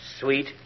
Sweet